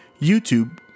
YouTube